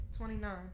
29